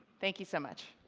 thank you so much.